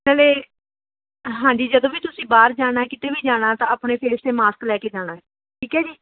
ਨਾਲੇ ਹਾਂਜੀ ਜਦੋਂ ਵੀ ਤੁਸੀਂ ਬਾਹਰ ਜਾਣਾ ਕਿਤੇ ਵੀ ਜਾਣਾ ਤਾਂ ਆਪਣੇ ਫੇਸ 'ਤੇ ਮਾਸਕ ਲੈ ਕੇ ਜਾਣਾ ਹੈ ਠੀਕ ਹੈ ਜੀ